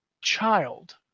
child